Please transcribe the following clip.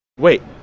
wait.